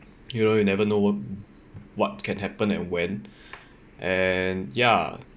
you know you'll never know what what can happen and when and ya